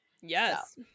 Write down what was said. yes